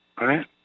right